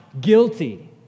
guilty